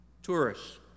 Tourists